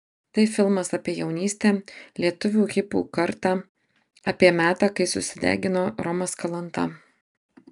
tai filmas apie jaunystę lietuvių hipių kartą apie metą kai susidegino romas kalanta